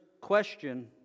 question